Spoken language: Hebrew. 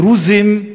הדרוזים,